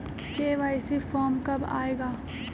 KYC form कब आए गा?